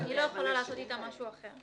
אני לא יכולה לעשות איתה משהו אחר.